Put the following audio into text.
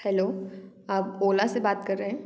hello आप ओला से बात कर रहे हैं